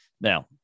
now